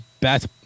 best